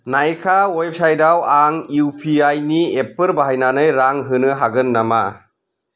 नाइका वेबसाइटआव आं U P I नि एपफोर बाहायनानै रां होनो हागोन नामा